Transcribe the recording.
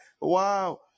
Wow